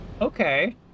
Okay